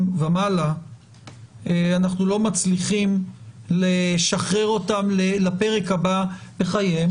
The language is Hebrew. ומעלה אנחנו לא מצליחים לשחרר אותם לפרק הבא בחייהם.